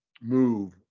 move